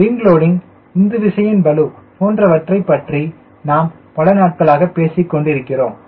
wing loading உந்து விசையின் பளு போன்றவற்றைப் பற்றி நாம் பல நாட்களாகப் பேசிக்கொண்டிருக்கிறோம்